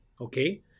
okay